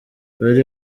bari